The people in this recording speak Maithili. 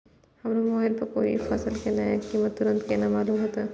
हमरा मोबाइल पर कोई भी फसल के नया कीमत तुरंत केना मालूम होते?